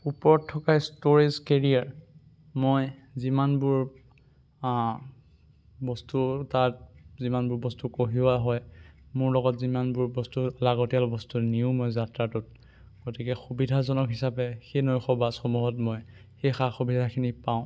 ওপৰত থকা storage carrier মই যিমানবোৰ বস্তু তাত যিমানবোৰ বস্তু কঢ়িওৱা হয় মোৰ লগত যিমানবোৰ বস্তু লাগতিয়াল বস্তু নিওঁ মই যাত্ৰাটোত গতিকে সুবিধাজনক হিচাপে সেই নৈশ বাছসমূহত মই সেই সা সুবিধাখিনি পাওঁ